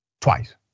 twice